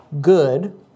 good